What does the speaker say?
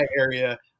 area